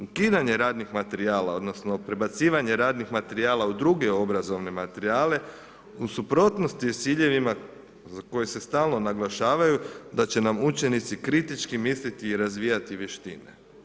Ukidanje radnih materijala, odnosno prebacivanje radnih materijala u druge obrazovne materijale, u suprotnosti je s ciljevima za koje se stalno naglašavaju da će nam učenici kritički misliti i razvijati vještine.